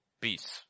peace